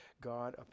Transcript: God